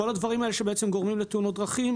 כל הדברים שגורמים לתאונות דרכים,